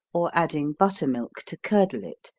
or adding buttermilk to curdle it,